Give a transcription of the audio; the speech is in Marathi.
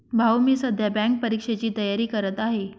भाऊ मी सध्या बँक परीक्षेची तयारी करत आहे